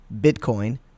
Bitcoin